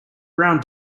brown